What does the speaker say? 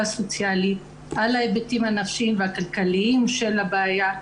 סוציאלית על ההיבטים הנפשיים והכלכליים של הבעיה,